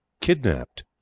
Kidnapped